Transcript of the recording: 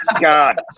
god